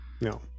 no